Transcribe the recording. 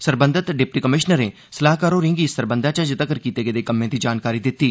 सरबंधत डिप्टी कमिशनरें सलाहकार होरें'गी इस सरबंधी च अर्जे तगर कीते गेदे कम्में दी जानकारी दित्ती